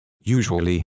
usually